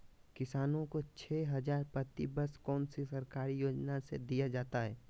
किसानों को छे हज़ार प्रति वर्ष कौन सी सरकारी योजना से दिया जाता है?